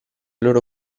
loro